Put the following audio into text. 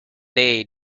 day